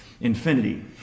infinity